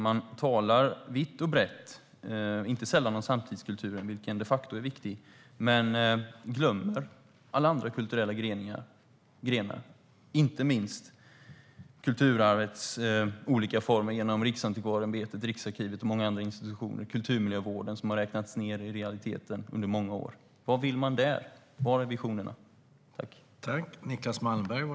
Man talar vitt och brett om samtidskulturen, vilken de facto är viktig, men glömmer alla andra kulturella grenar, inte minst kulturarvets olika former - Riksantikvarieämbetet, Riksarkivet och många andra institutioner. Det gäller också kulturmiljövården, som i realiteten har räknats ned under många år. Vad vill man göra där? Var finns visionerna?